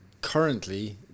currently